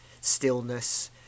stillness